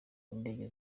indege